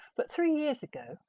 but three years ago,